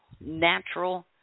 natural